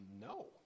no